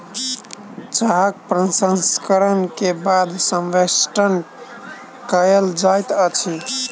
चाहक प्रसंस्करण के बाद संवेष्टन कयल जाइत अछि